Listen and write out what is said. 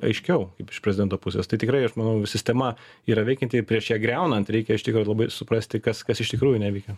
aiškiau kaip iš prezidento pusės tai tikrai aš manau sistema yra veikianti ir prieš ją griaunant reikia iš tikro labai suprasti kas kas iš tikrųjų neveikia